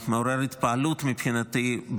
מעורר התפעלות מבחינתי,